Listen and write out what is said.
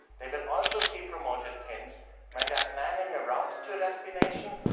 they will also see promoted pins when they're planning a route to a destination,